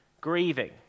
grieving